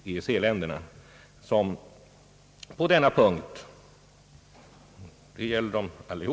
Detta gäller alla de berörda länderna, alltså även Frankrike.